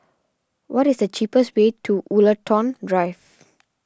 what is the cheapest way to Woollerton Drive